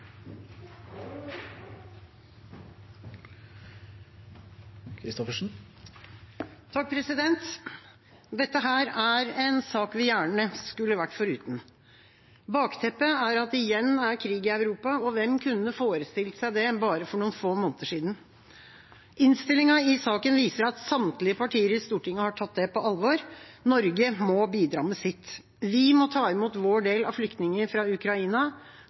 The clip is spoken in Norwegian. en sak vi gjerne skulle vært foruten. Bakteppet er at det igjen er krig i Europa. Hvem kunne forestilt seg det bare for noen få måneder siden? Innstillinga i saken viser at samtlige partier i Stortinget har tatt det på alvor. Norge må bidra med sitt. Vi må ta imot vår del av flyktninger fra Ukraina.